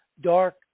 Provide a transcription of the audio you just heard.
dark